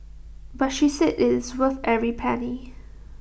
but she said IT is worth every penny